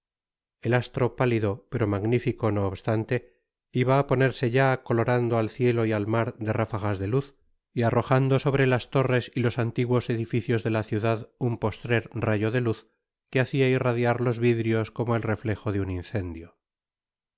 el astro pálido pero magnifico no obstante iba á ponerse ya colorando al cielo y al mar de ráfagas de luz y arrojando sobre las torres y los antiguos edificios de la ciudad un postrer rayo de luz que hacia irradiar los vidrios como el reflejo de un incendio